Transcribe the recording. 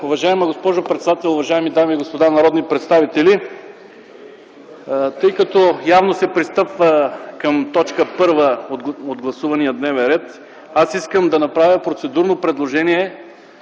Уважаема госпожо председател, уважаеми дами и господа народни представители, тъй като явно се пристъпва към т. 1 от гласувания дневен ред, искам да направя процедурно предложение